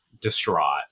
distraught